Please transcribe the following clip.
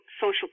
social